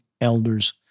elders